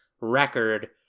record